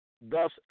thus